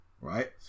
right